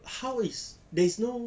how is there's no